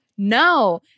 No